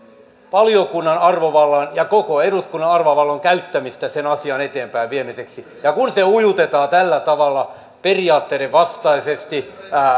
valiokunnan arvovallan ja koko eduskunnan arvovallan käyttämistä sen asian eteenpäinviemiseksi kun se ujutetaan tällä tavalla periaatteiden vastaisesti